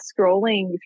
scrolling